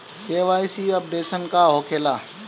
KYC updation का होखेला?